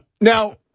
Now